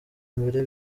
mbere